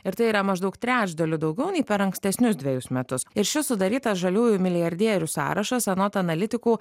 ir tai yra maždaug trečdaliu daugiau nei per ankstesnius dvejus metus ir šis sudarytas žaliųjų milijardierių sąrašas anot analitikų